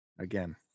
Again